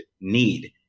need